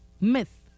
myth